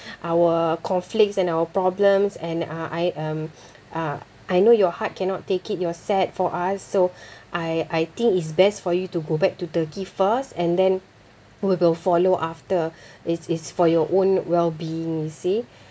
our conflicts and our problems and uh I um uh I know your heart cannot take it you're sad for us so I I think it's best for you to go back to Turkey first and then we will follow after it's it's for your own well-being you see